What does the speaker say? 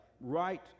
right